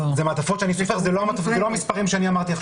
זה מעטפות שאני סופר אבל זה לא המספרים שאמרתי עכשיו.